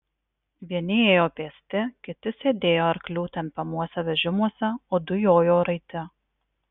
vieni ėjo pėsti kiti sėdėjo arklių tempiamuose vežimuose o du jojo raiti